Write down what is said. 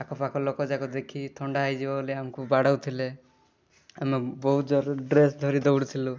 ଆଖପାଖ ଲୋକଯାକ ଦେଖି ଥଣ୍ଡା ହେଇଯିବ ବୋଲି ଆମକୁ ବାଡ଼ଉଥିଲେ ଆମେ ବହୁତ ଜୋର୍ରେ ଡ୍ରେସ୍ ଧରି ଦଉଡ଼ୁଥିଲୁ